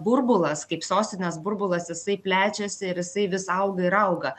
burbulas kaip sostinės burbulas jisai plečiasi ir jisai vis auga ir auga